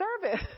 service